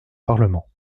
parlement